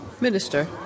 Minister